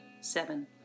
seven